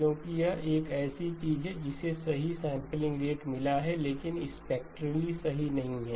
क्योंकि यह एक ऐसी चीज है जिसे सही सैंपलिंग रेट मिला है लेकिन स्पेक्ट्रली सही नहीं है